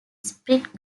spirit